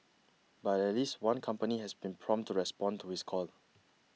but at least one company has been prompt to respond to his call